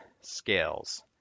scales